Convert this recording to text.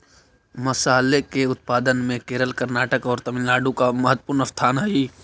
मसाले के उत्पादन में केरल कर्नाटक और तमिलनाडु का महत्वपूर्ण स्थान हई